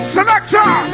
Selector